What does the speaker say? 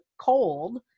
cold